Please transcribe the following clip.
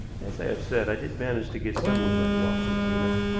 as i have said, i did manage to get some moonlight walks with zena,